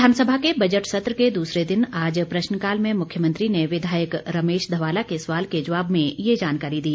विधानसभा के बजट सत्र के दूसरे दिन आज प्रश्नकाल में मुख्यमंत्री ने विधायक रमेश ध्वाला के सवाल के जवाब में ये जानकारी दी